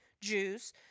Jews